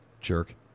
jerk